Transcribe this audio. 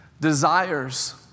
desires